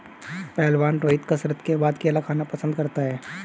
पहलवान रोहित कसरत के बाद केला खाना पसंद करता है